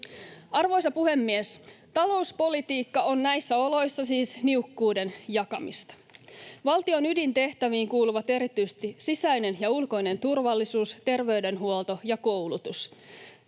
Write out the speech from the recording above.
Arvoisa puhemies! Talouspolitiikka on näissä oloissa siis niukkuuden jakamista. Valtion ydintehtäviin kuuluvat erityisesti sisäinen ja ulkoinen turvallisuus, terveydenhuolto ja koulutus.